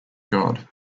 god